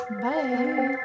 Bye